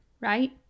right